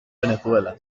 venezuela